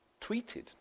tweeted